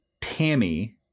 Tammy